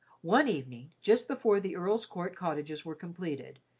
one evening, just before the earl's court cottages were completed,